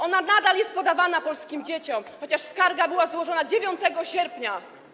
Ona nadal jest podawana polskim dzieciom, chociaż skarga była złożona 9 sierpnia.